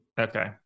Okay